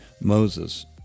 moses